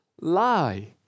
lie